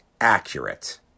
accurate